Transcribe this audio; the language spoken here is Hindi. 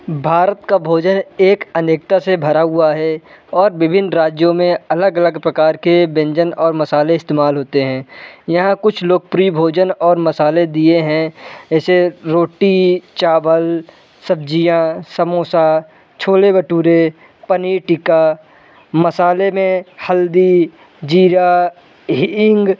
भारत का भोजन एक अनेकता से भरा हुआ है और विभिन्न राज्यों में अलग अलग प्रकार के व्यंजन और मसाले इस्तेमाल होते हैं यहाँ कुछ लोकप्रिय भोजन और मसाले दिए हैं जैसे रोटी चावल सब्ज़ियाँ समोसा छोले भटूरे पनीर टिक्का मसाले में हल्दी ज़ीरा हींग